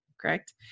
correct